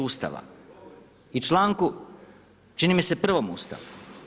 Ustava i članku, čini mi se prvog Ustava.